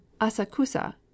Asakusa